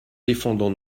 défendant